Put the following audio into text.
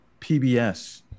PBS